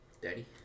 Daddy